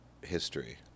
history